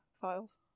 files